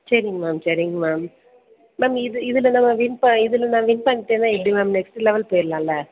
சரிங்க மேம் சரிங்க ma'am ma'am இது இதில் நான் வின் ப இதில் நா வின் பண்ணிட்டேன்னா எப்படி மேம் நெக்ஸ்ட்டு லெவல் போய்டலால்ல